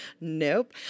Nope